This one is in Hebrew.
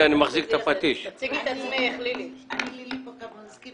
אני לילי פוקומונסקי,